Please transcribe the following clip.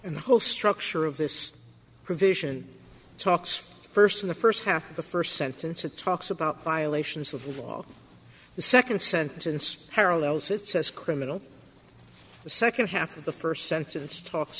and the whole structure of this provision talks first in the first half of the first sentence it talks about violations of law the second sentence parallels it says criminal the second half of the first sentence talks